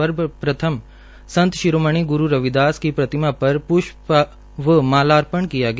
सर्वप्रथम संत शिरोमणि ग्रू रविदास की प्रतिमा पर प्ष्प व मालार्पणकिया गया